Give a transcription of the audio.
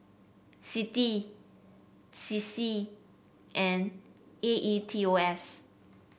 CITI C C and A E T O S